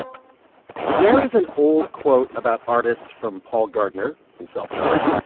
there is an old quote about artists from paul gardner, himself an artist.